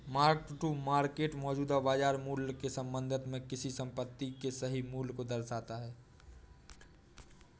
mark to market मौजूदा बाजार मूल्य के संबंध में किसी संपत्ति के सही मूल्य को दर्शाता है